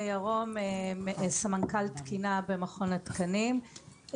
אני סמנכ"לית תקינה במכון התקנים,